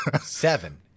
Seven